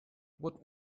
what